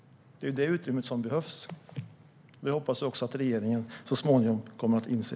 Det är det utrymmet som behövs. Det hoppas jag att också regeringen så småningom kommer att inse.